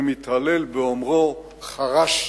ומתהלל באומרו: חרשנו.